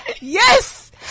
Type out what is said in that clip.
Yes